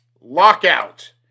lockout